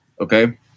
Okay